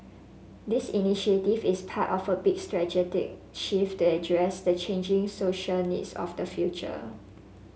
this initiative is part of a big shift to address the changing social needs of the future